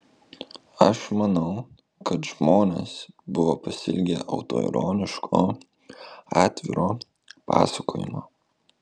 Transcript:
aš manau kad žmonės buvo pasiilgę autoironiško atviro pasakojimo